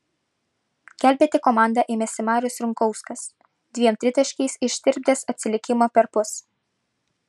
gelbėti komandą ėmėsi marius runkauskas dviem tritaškiais ištirpdęs atsilikimą perpus